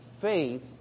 faith